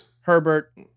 Herbert